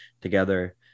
together